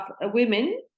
women